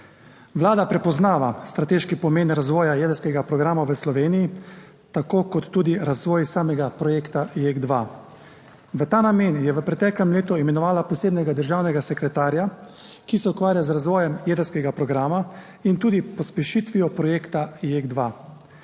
Vlada prepoznava strateški pomen razvoja jedrskega programa v Sloveniji tako kot tudi razvoj samega projekta JEK2. V ta namen je v preteklem letu imenovala posebnega državnega sekretarja, ki se ukvarja z razvojem jedrskega programa in tudi pospešitvijo projekta JEK2.